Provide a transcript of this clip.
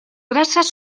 grasas